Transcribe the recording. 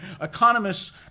Economists